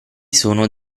sono